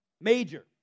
Major